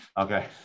Okay